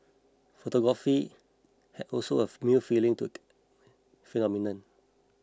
photography have also of